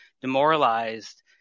demoralized